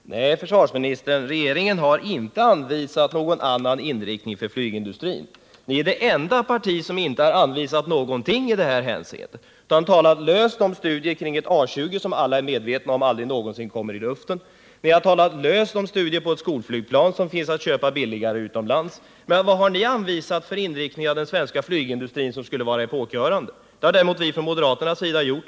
Herr talman! Nej, försvarsministern, regeringen har inte anvisat någon annan inriktning för flygindustrin. Ni är det enda parti som inte har anvisat någonting i det hänseendet. Ni har bara talat löst om studier kring ett A 20-plan, vilket alla är medvetna om aldrig någonsin kommer i luften, och ni har talat löst om studier på ett skolflygplan, som finns att köpa billigare utomlands, men vad har ni anvisat för inriktning av den svenska flygindustrin som skulle vara epokgörande? Det har däremot vi från moderata samlingspartiet gjort.